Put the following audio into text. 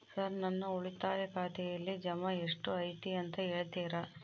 Sir ನನ್ನ ಉಳಿತಾಯ ಖಾತೆಯಲ್ಲಿ ಜಮಾ ಎಷ್ಟು ಐತಿ ಅಂತ ಹೇಳ್ತೇರಾ?